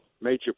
major